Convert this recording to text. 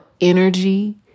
energy